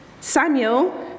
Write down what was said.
Samuel